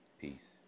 Peace